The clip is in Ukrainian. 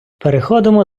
переходимо